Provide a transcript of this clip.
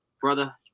Brother